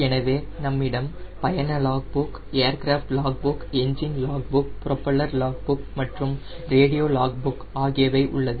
எனவே நம்மிடம் பயண log book aircraft log book engine log book propeller log book மற்றும் ரேடியோ லாக் புக் ஆகியவை உள்ளது